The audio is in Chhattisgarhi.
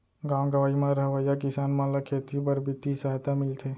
गॉव गँवई म रहवइया किसान मन ल खेती बर बित्तीय सहायता मिलथे